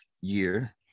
year